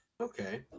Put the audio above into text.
okay